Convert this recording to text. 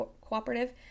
cooperative